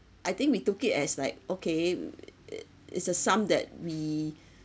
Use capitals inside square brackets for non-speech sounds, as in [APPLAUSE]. I think we took it as like okay [NOISE] it's a sum that we